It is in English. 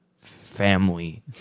family